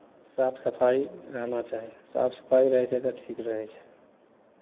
साफ सफाइ रहना चाही साफ सफाइ रहै छै तऽ ठीक रहै छै